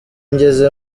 ngeze